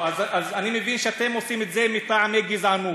אני מבין שאתם עושים את זה מטעמי גזענות.